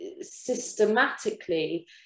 systematically